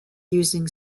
using